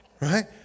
Right